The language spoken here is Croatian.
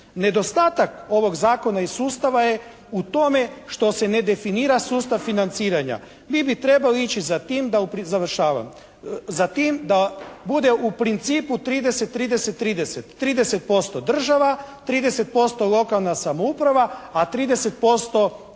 Nedostatak ovog zakona i sustava je u tome što se ne definira sustav financiranja. Mi bi trebali ići za tim da bude u principu 30, 30, 30, 30% država, 30% lokalna samouprava a 30%